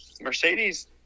Mercedes